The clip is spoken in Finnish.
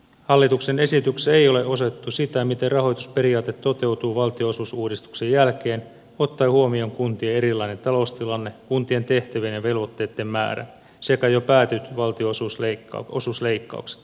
hallituksen esityksessä ei ole osoitettu sitä miten rahoitusperiaate toteutuu valtionosuusuudistuksen jälkeen ottaen huomioon kuntien erilainen taloustilanne kuntien tehtävien ja velvoitteitten määrä sekä jo päätetyt valtionosuusleikkaukset